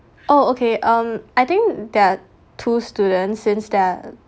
oh okay um I think there are two students since they are